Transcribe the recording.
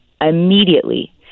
immediately